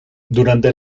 durante